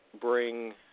bring